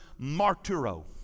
marturo